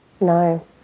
No